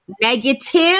negative